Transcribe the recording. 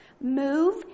move